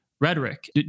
rhetoric